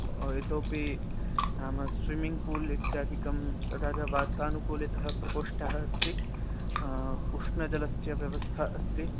इतोपि नाम swimming pool इत्यादिकं तथा च वातानुकूलितः प्रकोष्ठः अस्ति उष्णजलस्य व्यवस्था अस्ति